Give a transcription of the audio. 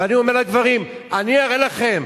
ואני אומר לגברים: אני אראה לכם,